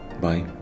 Bye